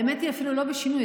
האמת היא שאפילו לא של שינוי,